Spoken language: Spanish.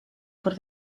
por